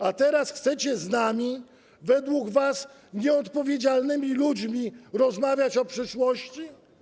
A teraz chcecie z nami, według was nieodpowiedzialnymi ludźmi, rozmawiać o przyszłości?